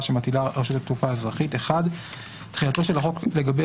שמטילה רשות התעופה האזרחית) תחילת החוק לעניין